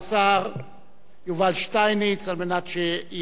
יובל שטייניץ כדי שיסכם את הדיון.